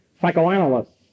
Psychoanalysts